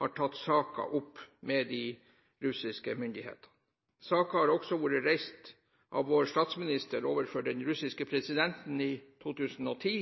har tatt saken opp med de russiske myndighetene. Saken har også vært reist av vår statsminister overfor den russiske presidenten i 2010,